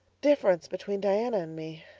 difference between diana and me.